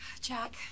Jack